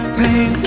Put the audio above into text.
pain